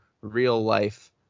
real-life